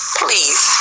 please